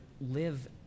live